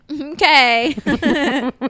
Okay